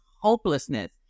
hopelessness